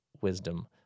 wisdom